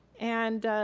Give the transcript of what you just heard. and,